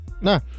No